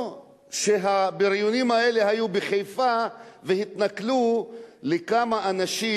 שהבריונים האלה בחיפה התנכלו לכמה אנשים.